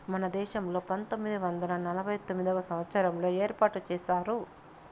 మన దేశంలో పంతొమ్మిది వందల నలభై తొమ్మిదవ సంవచ్చారంలో ఏర్పాటు చేశారు